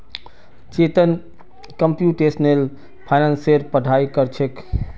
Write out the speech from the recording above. Chetan computational फाइनेंसेर पढ़ाई कर छेक